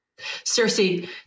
Cersei